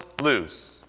lose